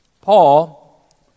Paul